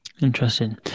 Interesting